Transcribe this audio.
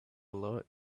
light